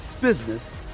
business